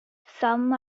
some